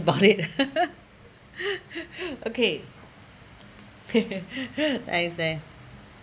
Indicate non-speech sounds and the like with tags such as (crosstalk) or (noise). about it (laughs) okay (laughs) thanks leh